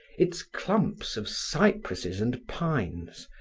its clumps of cypresses and pines,